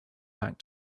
back